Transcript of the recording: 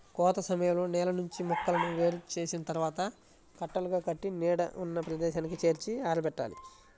కోత సమయంలో నేల నుంచి మొక్కలను వేరు చేసిన తర్వాత కట్టలుగా కట్టి నీడ ఉన్న ప్రదేశానికి చేర్చి ఆరబెట్టాలి